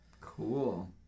Cool